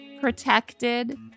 protected